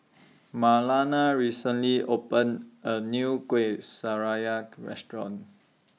Marlana recently opened A New Kueh Restaurant